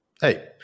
hey